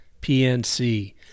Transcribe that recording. PNC